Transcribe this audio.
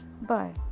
bye